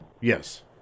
Yes